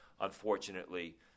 unfortunately